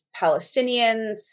Palestinians